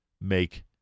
make